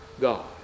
God